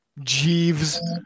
Jeeves